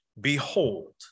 Behold